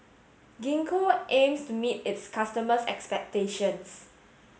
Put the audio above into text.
Gingko aims to meet its customers' expectations